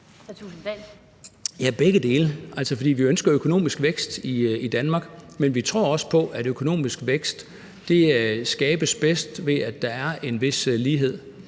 er begge dele, for vi ønsker jo økonomisk vækst i Danmark, men vi tror også på, at økonomisk vækst skabes bedst, ved at der er en vis lighed.